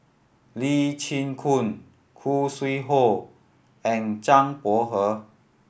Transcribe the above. Lee Chin Koon Khoo Sui Hoe and Zhang Bohe